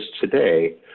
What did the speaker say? today